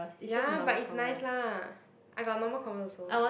ya but it's nice lah I got a normal converse also